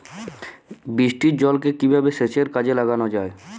বৃষ্টির জলকে কিভাবে সেচের কাজে লাগানো যায়?